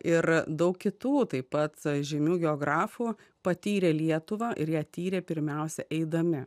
ir daug kitų taip pat žymių geografų patyrė lietuvą ir ją tyrė pirmiausia eidami